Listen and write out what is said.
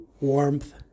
warmth